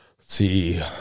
see